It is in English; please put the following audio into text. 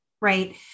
Right